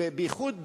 בייחוד בעיריות,